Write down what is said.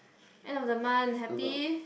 end of the month happy